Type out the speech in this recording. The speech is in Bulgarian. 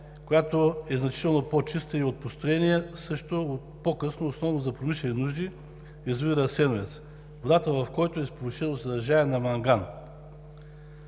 която е значително по-чиста и от построения по-късно основно за промишлени нужди язовир „Асеновец“ водата, в който е с повишено съдържание на манган.